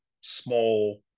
small